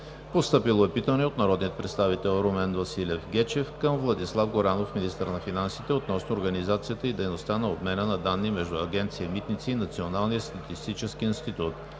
Постъпило е питане от народния представител Румен Василев Гечев към Владислав Горанов – министър на финансите, относно организацията и дейността на обменна на данни между Агенция „Митници“ и Националния статистически институт.